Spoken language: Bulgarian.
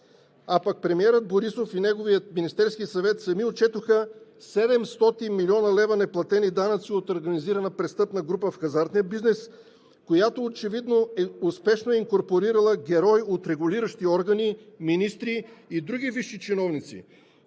А пък премиерът Борисов и неговият Министерски съвет сами отчетоха 700 млн. лв. неплатени данъци от организирана престъпна група в хазартния бизнес, която очевидно успешно е инкорпорирала герои от регулиращи органи, министри и други висши чиновници,